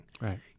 right